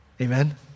Amen